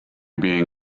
being